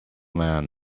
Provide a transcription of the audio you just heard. man